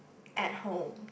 at home